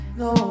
no